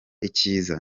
icyiza